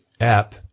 app